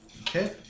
Okay